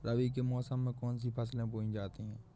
रबी मौसम में कौन कौन सी फसलें बोई जाती हैं?